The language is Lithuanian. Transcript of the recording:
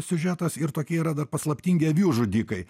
siužetas ir tokie yra dar paslaptingi avių žudikai